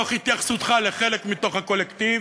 מתוך התייחסותך לחלק מהקולקטיב,